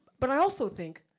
but i also think,